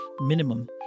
minimum